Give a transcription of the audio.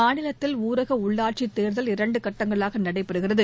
மாநிலத்தில் ஊரக உள்ளாட்சித் தேர்தல் இரண்டு கட்டங்களாக நடைபெறுகிறது